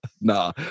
Nah